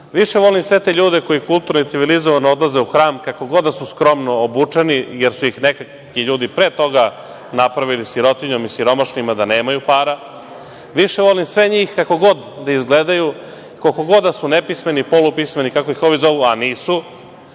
više volim sve te ljude koji kulturno i civilizovano odlaze u Hram, kako god da su skromno obučeni, jer su ih nekakvi ljudi pre toga napravili sirotinjom i siromašnima, da nemaju para, više volim sve njih, kako god da izgledaju i koliko god da su nepismeni, polupismeni, kako ih ovi zovu, a nisu,